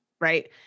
right